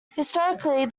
historically